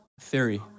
Theory